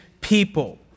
people